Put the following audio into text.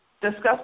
discuss